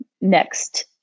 next